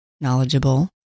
knowledgeable